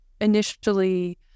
initially